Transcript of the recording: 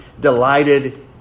delighted